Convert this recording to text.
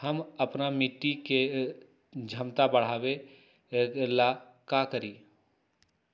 हम अपना मिट्टी के झमता बढ़ाबे ला का करी?